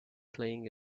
playing